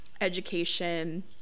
education